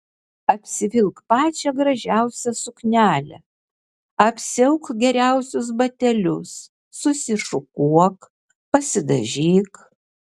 apsivilk pačią gražiausią suknelę apsiauk geriausius batelius susišukuok pasidažyk